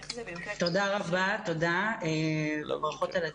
זה במקרה שכולן נשים?